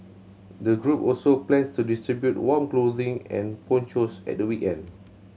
the group also plans to distribute warm clothing and ponchos at the weekend